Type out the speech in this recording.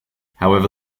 however